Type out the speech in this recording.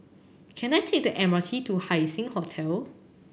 can I take the M R T to Haising Hotel